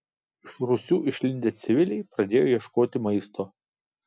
iš rūsių išlindę civiliai pradėjo ieškoti maisto